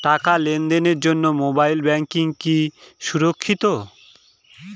টাকা লেনদেনের জন্য মোবাইল ব্যাঙ্কিং কি সুরক্ষিত?